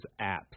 apps